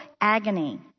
agony